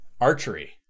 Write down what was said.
Archery